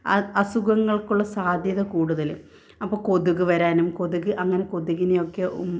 അ അസുഖങ്ങൾക്കുള്ള സാധ്യത കൂടുതൽ അപ്പം കൊതുക് വരാനും കൊതുക് അങ്ങനെ കൊതുകിനെയൊക്കെ